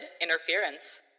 interference